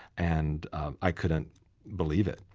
and i couldn't believe it.